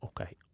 okay